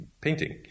painting